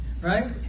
Right